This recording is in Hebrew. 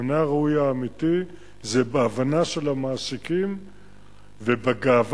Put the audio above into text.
המענה הראוי האמיתי הוא בהבנה של המעסיקים ובגאווה